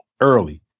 early